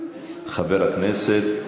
חבר הכנסת